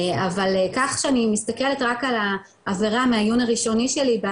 אבל כך שאני מסתכלת רק על העבירה מהעיון הראשוני שלי,